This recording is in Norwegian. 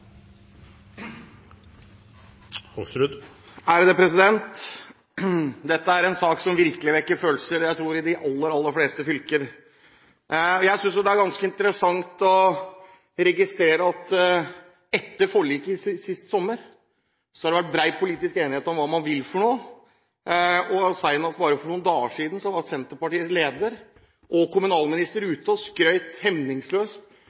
en sak som virkelig vekker følelser, vil jeg tro, i de aller fleste fylker. Jeg synes det er ganske interessant å registrere at det etter forliket sist sommer har vært bred politisk enighet om hva man vil. Senest bare for noen dager siden var Senterpartiets leder, kommunalministeren, ute og skrøt hemningsløst